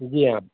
जी हाँ